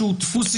דבר,